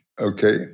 Okay